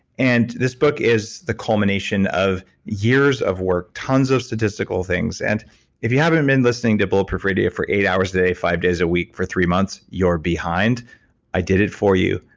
and this book is the culmination of years of work, tons of statistical things. and if you haven't been listening to bulletproof radio for eight hours a day, five days a week for three months, you're behind i did it for you.